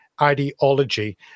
ideology